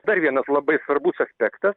dar vienas labai svarbus aspekta